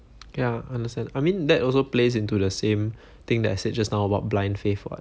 k ah understand I mean that also plays into the same thing that I said just now about blind faith [what]